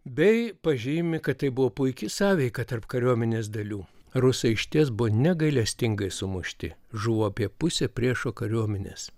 bei pažymi kad tai buvo puiki sąveika tarp kariuomenės dalių rusai išties buvo negailestingai sumušti žuvo apie pusė priešo kariuomenės